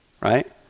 right